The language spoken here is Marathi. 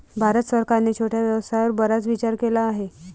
भारत सरकारने छोट्या व्यवसायावर बराच विचार केला आहे